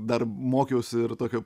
dar mokiausi ir tokio